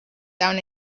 down